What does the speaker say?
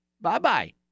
Bye-bye